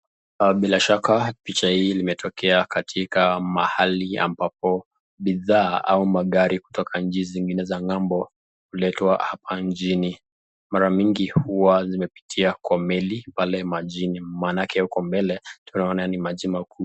Bila shaka picha hii imetokea katika mahali ambapo bidhaa au magari kutoka nchi zingine za ng'ambo huletwa hapa nchini. Mara mingi huwa zimepitia kwa meli pale majini maanake huko mbele tunaona ni maji makuu.